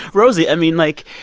rosie, i mean, like,